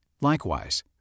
Likewise